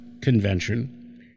Convention